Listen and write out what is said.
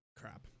crap